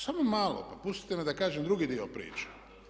Samo malo, pa pustite me da kažem drugi dio priče.